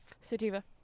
Sativa